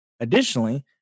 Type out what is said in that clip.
Additionally